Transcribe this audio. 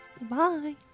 Bye